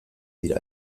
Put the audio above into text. dira